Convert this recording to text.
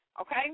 okay